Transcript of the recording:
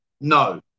no